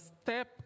step